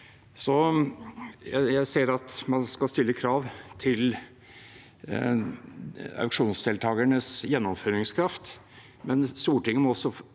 Jeg ser at man skal stille krav til auksjonsdeltakernes gjennomføringskraft, men Stortinget må